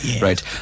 right